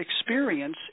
experience